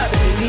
Baby